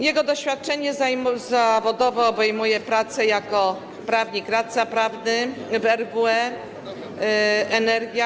Jego doświadczenie zawodowe obejmuje pracę jako prawnik - radca prawny w RWE Energia.